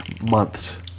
months